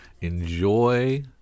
enjoy